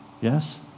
yes